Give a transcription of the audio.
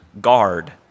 guard